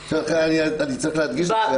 אני צריך להדגיש לכם,